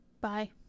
Bye